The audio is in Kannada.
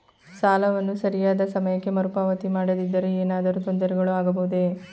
ಸಾಲವನ್ನು ಸರಿಯಾದ ಸಮಯಕ್ಕೆ ಮರುಪಾವತಿ ಮಾಡದಿದ್ದರೆ ಏನಾದರೂ ತೊಂದರೆಗಳು ಆಗಬಹುದೇ?